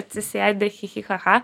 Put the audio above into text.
atsisėdę chi chi cha cha